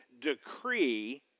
decree